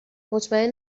مطمئن